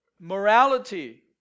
morality